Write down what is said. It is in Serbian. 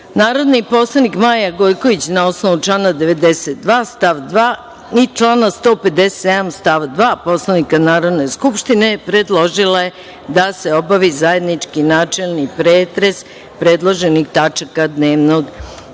Čomić. Narodni poslanik Maja Gojković, na osnovu člana 92. stav 2. i člana 157. stav 2. Poslovnika Narodne skupštine, predložila je da se obavi zajednički načelni pretres predloženih tačaka dnevnog reda. Sad